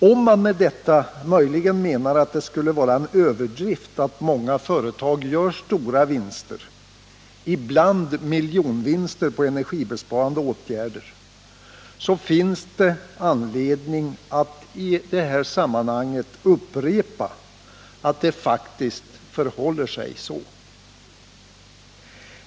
Om man med detta möjligen menar att det skulle vara en överdrift att påstå att många företag gör stora vinster — ibland miljonvinster — på energibesparande åtgärder, så finns det anledning att i detta sammanhang upprepa att det faktiskt förhåller sig så.